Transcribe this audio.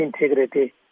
integrity